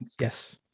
Yes